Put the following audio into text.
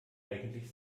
eigentlich